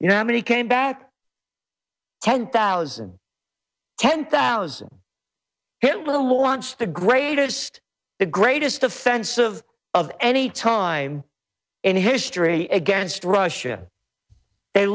you know how many came back ten thousand ten thousand hit launch the greatest the greatest offensive of any time in history against russia they